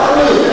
תסלח לי,